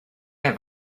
have